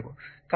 4